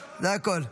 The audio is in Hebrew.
הכול.